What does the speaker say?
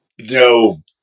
no